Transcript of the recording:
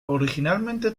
originalmente